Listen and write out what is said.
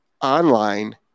online